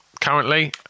currently